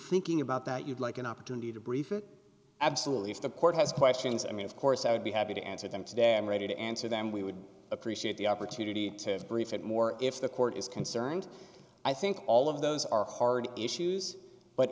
thinking about that you'd like an opportunity to brief absolutely if the court has questions i mean of course i would be happy to answer them today i'm ready to answer them we would appreciate the opportunity to brief it more if the court is concerned i think all of those are hard issues but